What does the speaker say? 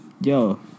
Yo